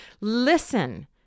Listen